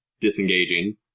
disengaging